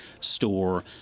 store